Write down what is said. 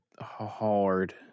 hard